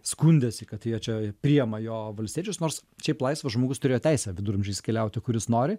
skundėsi kad jie čia priėma jo valstiečius nors kaip laisvas žmogus turėjo teisę viduramžiais keliauti kur jis nori